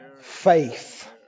Faith